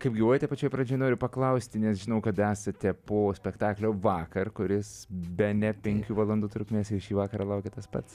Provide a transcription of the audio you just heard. kaip gyvuojate pačioj pradžioj noriu paklausti nes žinau kad esate po spektaklio vakar kuris bene penkių valandų trukmės ir šį vakarą laukia tas pats